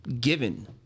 given